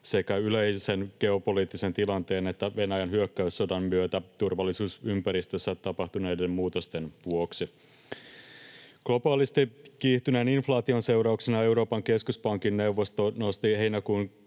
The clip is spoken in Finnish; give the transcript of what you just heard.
sekä yleisen geopoliittisen tilanteen että Venäjän hyökkäyssodan myötä turvallisuusympäristössä tapahtuneiden muutosten vuoksi. Globaalisti kiihtyneen inflaation seurauksena Euroopan keskuspankin neuvosto nosti heinäkuun